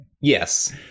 yes